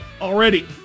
already